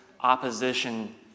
opposition